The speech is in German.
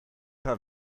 paar